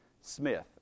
Smith